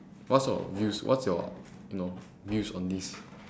what's your views what's your you know views on this